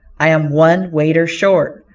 i am one waiter short,